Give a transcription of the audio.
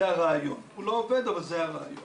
הוא לא עובד אבל זה הרעיון.